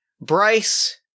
Bryce